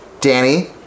Danny